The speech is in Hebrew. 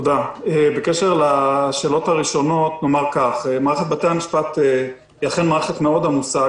בקשר לשאלות הראשונות אומר כך: מערכת בתי המשפט אכן מערכת עמוסה מאוד,